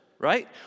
Right